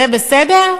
זה בסדר?